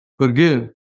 forgive